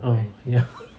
oh ya